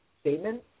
statement